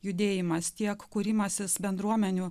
judėjimas tiek kūrimasis bendruomenių